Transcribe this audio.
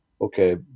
okay